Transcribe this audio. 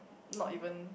not even